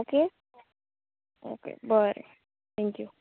okay okay बरें thank you